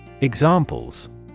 Examples